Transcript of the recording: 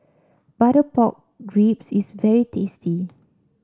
Butter Pork Ribs is very tasty